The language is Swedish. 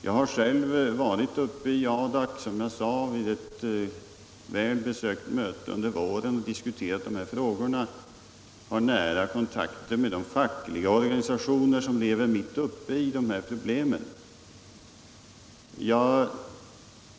Som jag sade förut var jag själv under våren uppe i Adak på ett välbesökt möte och diskuterade frågorna, och jag har också nära kontakter med de fackliga organisationer som lever mitt uppe i de här förhållandena.